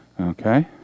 Okay